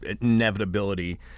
inevitability